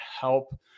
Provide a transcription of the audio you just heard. help